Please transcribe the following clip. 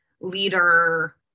leader